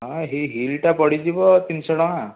ହଁ ହେଇ ହିଲ୍ଟା ପଡ଼ିଯିବ ତିନି ଶହ ଟଙ୍କା